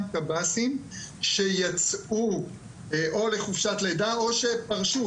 קב"סים שיצאו או לחופשת לידה או שפרשו.